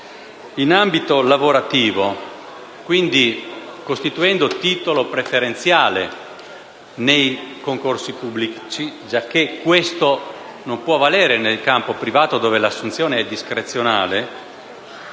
in ambito lavorativo, costituendo quindi titolo preferenziale nei concorsi pubblici - giacché questo non può valere nel campo privato, dove l'assunzione è discrezionale